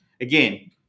again